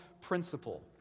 principle